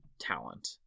talent